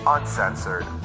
Uncensored